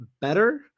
better